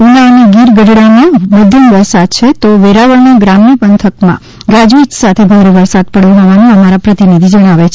ઉના અને ગીર ગઢડા માં મધ્યમ વરસાદ છે તો વેરાવળ ના ગ્રામ્ય પંથક માં ગાજવીજ સાથે ભારે વરસાદ પડ્યો હોવાનું અમારા પ્રતિનિધિ જણાવે છે